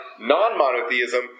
non-monotheism